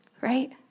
right